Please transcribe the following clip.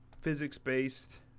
physics-based